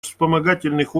вспомогательных